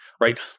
right